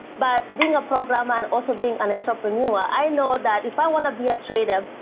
but being a programmer and also being an entrepreneur, i know that if i want to be a trader,